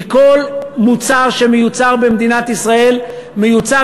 כי כל מוצר שמיוצר במדינת ישראל מיוצר